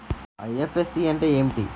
IFSC అంటే ఏమిటి?